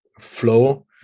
flow